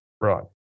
Right